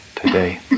today